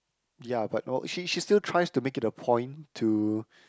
ya but all she she still tries to make it a point to